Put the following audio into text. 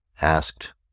asked